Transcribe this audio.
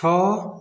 छः